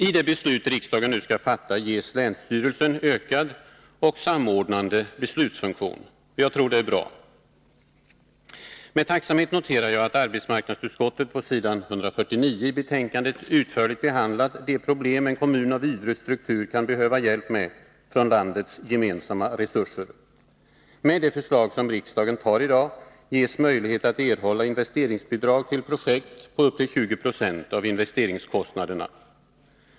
I det beslut riksdagen nu skall fatta ges länsstyrelsen ökad och samordnande beslutsfunktion. Jag tror att det är bra. Med tacksamhet noterar jag att arbetsmarknadsutskottet på sid. 149 i betänkandet utförligt behandlat de problem en kommun av Ydres struktur kan behöva hjälp med från landets gemensamma resurser. Med det förslag som riksdagen fattar beslut om i dag ges möjlighet att erhålla investeringsbidrag till projekt upp till 20 70 av investeringskostnaderna.